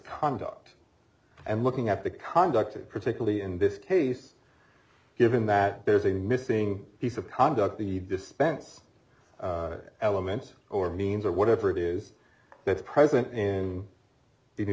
conduct and looking at the conduct of particularly in this case given that there's a missing piece of conduct the dispense element or means or whatever it is that's present in the new